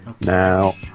Now